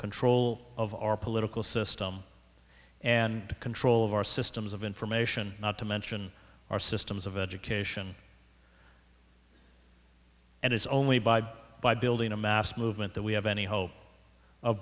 control of our political system and control of our systems of information not to mention our systems of education and it's only by by building a mass movement that we have any hope of